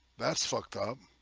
that's fucked up